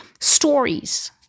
stories